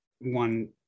one